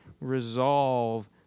resolve